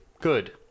good